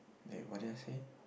wait what did I say